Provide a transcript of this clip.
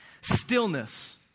Stillness